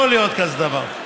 יכול להיות כזה דבר.